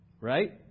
Right